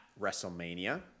WrestleMania